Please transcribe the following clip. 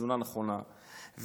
בתזונה נכונה,